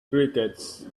crickets